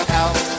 out